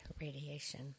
radiation